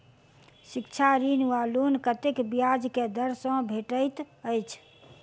शिक्षा ऋण वा लोन कतेक ब्याज केँ दर सँ भेटैत अछि?